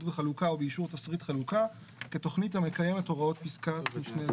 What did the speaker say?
וחלוקה או באישור תשריט חלוקה כתכנית המקיימת הוראות פסקת משנה זו".